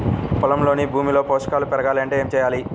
పొలంలోని భూమిలో పోషకాలు పెరగాలి అంటే ఏం చేయాలి?